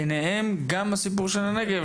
בין היתר גם במועצות הנגב,